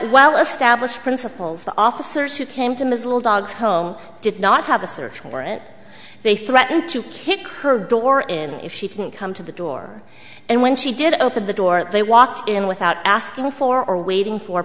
well established principles the officers who came to ms little dogs home did not have a search warrant they threatened to kick her door in if she didn't come to the door and when she did open the door they walked in without asking for or waiting for